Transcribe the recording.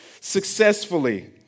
successfully